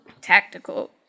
tactical